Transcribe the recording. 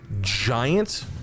giant